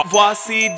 Voici